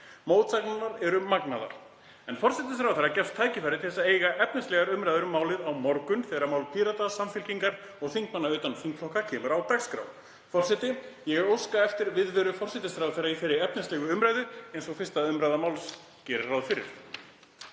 Mótsagnirnar eru magnaðar. En forsætisráðherra gefst tækifæri til að eiga efnislega umræðu um málið á morgun þegar mál Pírata, Samfylkingar og þingmanna utan þingflokka kemur á dagskrá. Forseti. Ég óska eftir viðveru forsætisráðherra í þeirri efnislegu umræðu eins og 1. umr. máls gerir ráð fyrir.